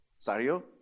Sario